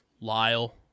lyle